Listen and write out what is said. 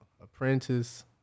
apprentice